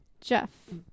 Jeff